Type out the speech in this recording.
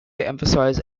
emphasize